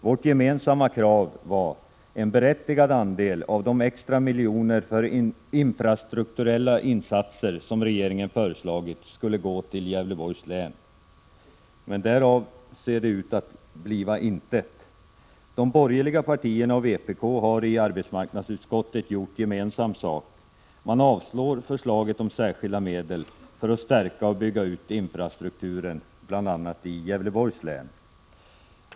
Vårt gemensamma krav var en berättigad andel av de extra miljoner för infrastrukturella insatser som regeringen föreslagit skulle gå till Gävleborgs län. Därav ser det ut att bli intet. De borgerliga partierna och vpk har i arbetsmarknadsutskottet gjort gemensam sak. De avslår förslaget om särskilda medel för att stärka och bygga ut infrastrukturen bl.a. i Gävleborgs län.